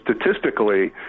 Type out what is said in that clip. statistically